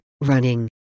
running